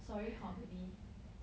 sorry hor baby